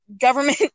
government